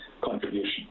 contribution